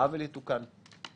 העוול יתוקן.